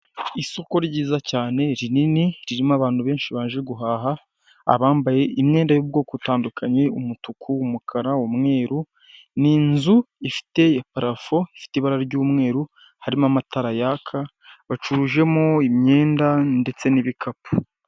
Isoko ryiza cyane, rinini ririmo abantu benshi baje guhaha, abambaye imyenda'ubwoko utandukanye umutuku, umukara, umweru ni inzu ifite parafu, ifite ibara ry'umweru, harimo amatara yaka bacujemo imyenda ndetse n'ibikapu.